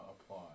Apply